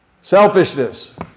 Selfishness